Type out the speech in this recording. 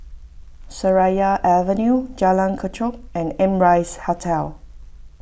Seraya Avenue Jalan Kechot and Amrise Hotel